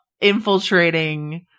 infiltrating